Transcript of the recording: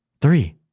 Three